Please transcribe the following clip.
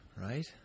right